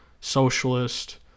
socialist